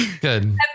Good